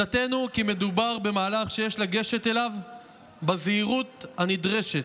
עמדתנו היא כי מדובר במהלך שיש לגשת אליו בזהירות הנדרשת.